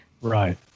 Right